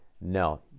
no